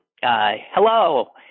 hello